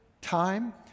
time